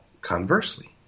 conversely